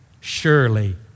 Surely